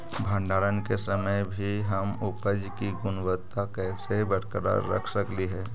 भंडारण के समय भी हम उपज की गुणवत्ता कैसे बरकरार रख सकली हे?